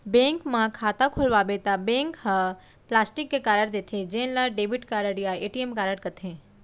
bank म खाता खोलवाबे त बैंक ह प्लास्टिक के कारड देथे जेन ल डेबिट कारड या ए.टी.एम कारड कथें